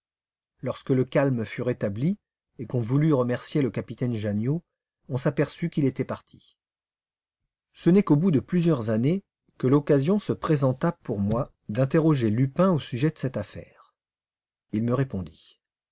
lorsque le calme fut rétabli et qu'on voulut remercier le capitaine janniot on s'aperçut qu'il était parti ce n'est qu'au bout de plusieurs années que l'occasion se présenta pour moi d'interroger lupin au sujet de cette affaire il me répondit